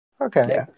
Okay